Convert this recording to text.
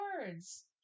words